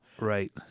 Right